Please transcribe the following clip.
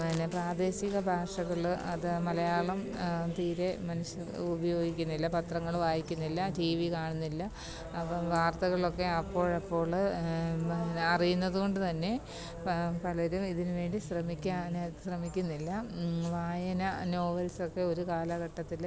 പിന്നേ പ്രാദേശിക ഭാഷകൾ അത് മലയാളം തീരെ മനുഷ്യർ ഉപയോഗിക്കുന്നില്ല പത്രങ്ങൾ വായിക്കുന്നില്ല ടിവി കാണുന്നില്ല അപ്പം വാർത്തകളൊക്കെ അപ്പോഴപ്പോൾ അറിയുന്നത് കൊണ്ട് തന്നെ പലരും ഇതിനുവേണ്ടി ശ്രമിക്കാൻ ശ്രമിക്കുന്നില്ല വായന നോവൽസ് ഒക്കെ ഒരു കാലഘട്ടത്തിൽ